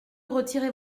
retirer